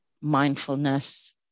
mindfulness